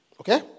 Okay